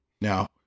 Now